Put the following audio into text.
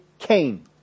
Cain